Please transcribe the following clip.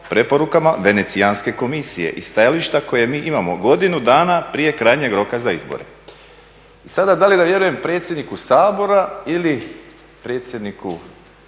preporukama Venecijanske komisije i stajališta koja mi imamo godinu dana prije krajnjeg roka za izbore. I sada da li da vjerujem predsjedniku Sabora ili predsjedniku